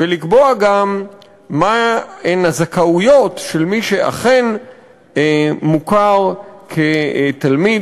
ולקבוע גם מה הן הזכאויות של מי שאכן מוכר כתלמיד,